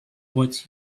what